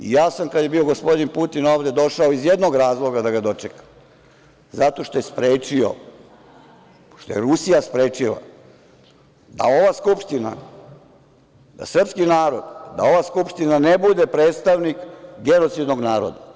Ja sam, kada je bio gospodin Putin ovde, došao iz jednog razloga da ga dočekam, zato što je sprečio, pošto je Rusija sprečila da ova Skupština, da srpski narod, da ova Skupština ne bude predstavnik genocidnog naroda.